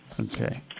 Okay